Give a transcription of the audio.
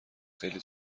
خیلی